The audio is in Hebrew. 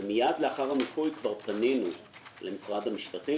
ומיד לאחר המיפוי כבר פנינו למשרד המשפטים